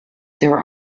their